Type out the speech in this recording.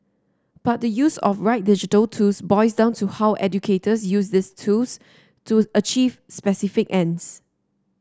but the use of the right digital tools boils down to how educators use these tools to achieve specific ends